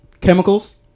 chemicals